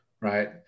Right